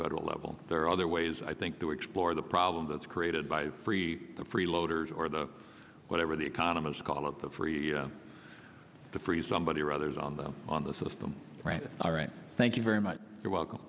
federal level there are other ways i think to explore the problem that's created by free the free loaders or the whatever the economists call it the free the free somebody or others on the on the system all right thank you very much you're welcome